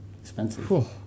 Expensive